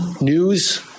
news